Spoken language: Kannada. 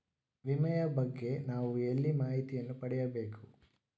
ವಿಮೆಯ ಬಗ್ಗೆ ನಾವು ಎಲ್ಲಿ ಮಾಹಿತಿಯನ್ನು ಪಡೆಯಬೇಕು?